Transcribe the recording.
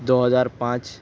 دو ہزار پانچ